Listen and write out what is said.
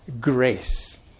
Grace